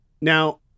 Now